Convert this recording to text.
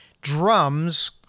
drums